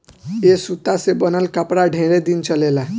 ए सूता से बनल कपड़ा ढेरे दिन चलेला